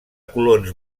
colons